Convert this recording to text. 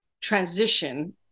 transition